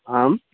आम्